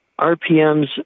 RPMs